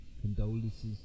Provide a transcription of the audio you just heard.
Condolences